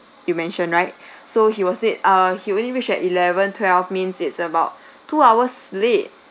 you mentioned right so he was late uh he only reached at eleven twelve means it's about two hours late